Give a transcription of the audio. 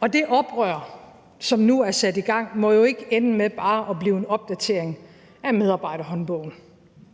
Og det oprør, som nu er sat i gang, må ikke ende med bare at blive en opdatering af medarbejderhåndbogen.